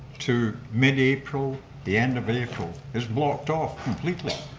to mid-april the end of april is blocked off completely